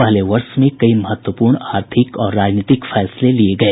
पहले वर्ष में कईं महत्वपूर्ण आर्थिक और राजनीतिक फैसले लिए गए